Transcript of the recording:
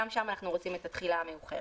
לדברים שבהם אנחנו רוצים את התחילה המאוחרת.